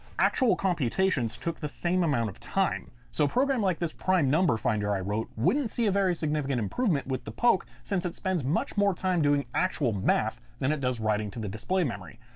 actual computations took the same amount of time. so a program like this prime number finder i wrote wouldn't see a very significant improvement with the poke since it spends much more time doing actual math than it does writing to the display memory.